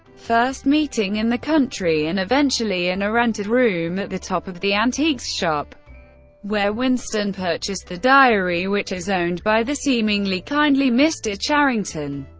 first meeting in the country, and eventually in a rented room at the top of the antiques shop where winston purchased the diary, which is owned by the seemingly kindly mr. charrington.